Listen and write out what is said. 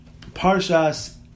Parshas